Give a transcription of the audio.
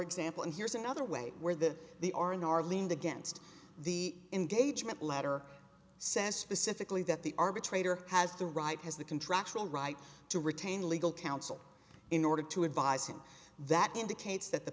example and here's another way where the they are in are leaned against the engagement letter says specifically that the arbitrator has the right has the contractual right to retain legal counsel in order to advise him that indicates that the